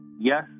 Yes